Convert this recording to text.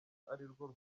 arirwo